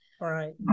right